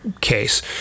case